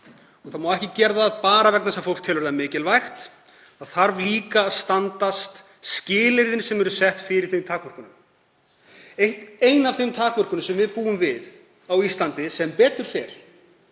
Það má ekki gera það bara vegna þess að fólk telur það mikilvægt. Það þarf líka að standast skilyrðin sem eru sett fyrir þeim takmörkunum. Ein af þeim takmörkunum sem við búum við á Íslandi, sem betur fer,